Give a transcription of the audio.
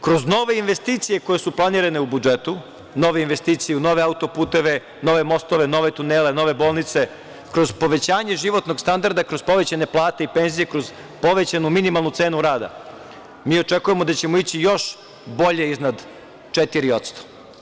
Kroz nove investicije koje su planirane u budžetu, nove investicije, nove autoputeve, nove mostove, nove tunele, nove bolnice, kroz povećanje životnog standarda kroz povećane plate i penzije, kroz povećanu minimalnu cenu rada, očekujemo da ćemo ići još bolje iznad 4%